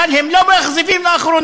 אבל הם לא מאכזבים לאחרונה.